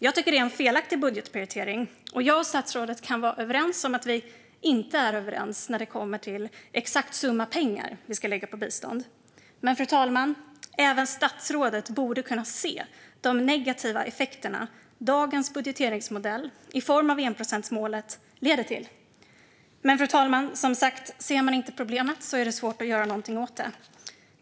Jag tycker att det är en felaktig budgetprioritering, och jag och statsrådet kan vara överens om att vi inte är överens när det gäller vilken summa vi ska lägga på bistånd. Även statsrådet borde dock kunna se de negativa effekter dagens budgeteringsmodell i form av enprocentsmålet leder till. Men ser man inte problemet är det svårt att göra någonting åt det.